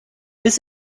bis